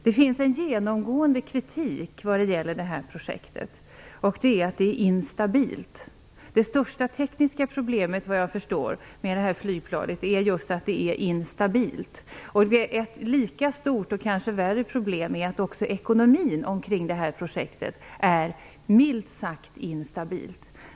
Det finns en genomgående kritik när det gäller det här projektet. Det är instabilt. Det största tekniska problemet med det här flygplanet är just, vad jag förstår, att det är instabilt. Ett lika stort, och kanske värre problem, är att även ekonomin kring projektet är milt sagt instabil.